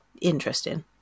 interesting